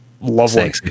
lovely